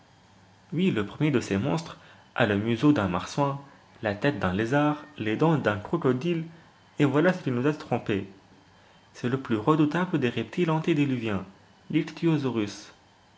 oui le premier de ces monstres a le museau d'un marsouin la tête d'un lézard les dents d'un crocodile et voilà ce qui nous a trompés c'est le plus redoutable des reptiles antédiluviens